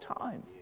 time